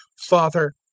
father,